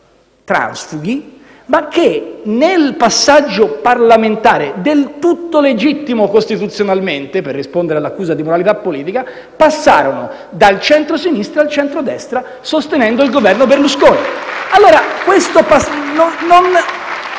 transfughi ma che nel passaggio parlamentare, del tutto legittimo costituzionalmente per rispondere all'accusa di immoralità politica, passarono dal centrosinistra al centrodestra, sostenendo il Governo Berlusconi. *(Applausi dai